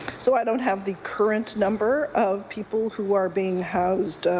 so i don't have the current number of people who are being housed